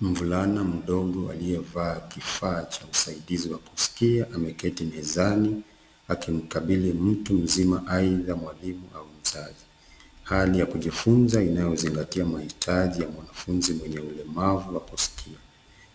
Mvulana mdogo aliyevaa kifaa cha usaidizi wa kusikia ameketi mezani akimkabidhi mtu mzima aidha mwalimu au mzazi, hali ya kujifunza inayozingatia mahitaji ya mwanafunzi mwenye ulemavu wa kusikia,